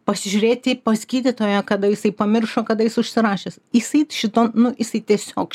pasižiūrėti pas gydytoją kada jisai pamiršo kada jis užsirašęs jisai šito nu jisai tiesiog